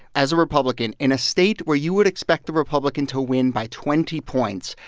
as a republican, in a state where you would expect the republican to win by twenty points,